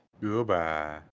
Goodbye